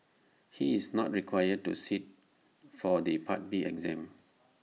he is not required to sit for the part B exam